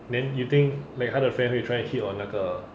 then you think like 他的 friend 会 try and hit on 那个